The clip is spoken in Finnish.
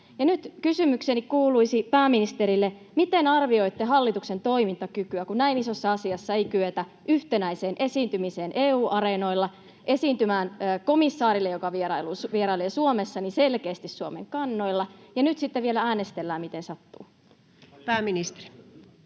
Nyt kysymykseni pääministerille kuuluisi: miten arvioitte hallituksen toimintakykyä, kun näin isossa asiassa ei kyetä yhtenäiseen esiintymiseen EU-areenoilla, esiintymään komissaarille, joka vierailee Suomessa, selkeästi Suomen kannoilla, ja nyt sitten vielä äänestellään miten sattuu? [Speech